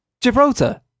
Gibraltar